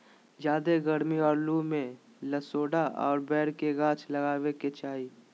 ज्यादे गरमी और लू में लसोड़ा और बैर के गाछ लगावे के चाही